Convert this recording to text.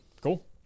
Cool